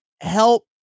help